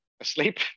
asleep